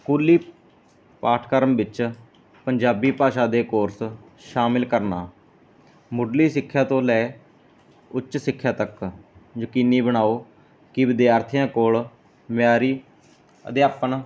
ਸਕੂਲੀ ਪਾਠਕਰਮ ਵਿੱਚ ਪੰਜਾਬੀ ਭਾਸ਼ਾ ਦੇ ਕੋਰਸ ਸ਼ਾਮਿਲ ਕਰਨਾ ਮੁਢਲੀ ਸਿੱਖਿਆ ਤੋਂ ਲੈ ਉੱਚ ਸਿੱਖਿਆ ਤੱਕ ਯਕੀਨੀ ਬਣਾਓ ਕਿ ਵਿਦਿਆਰਥੀਆਂ ਕੋਲ ਮਿਆਰੀ ਅਧਿਆਪਣ